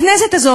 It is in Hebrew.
הכנסת הזאת,